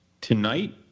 tonight